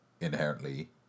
inherently